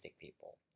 people